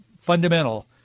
fundamental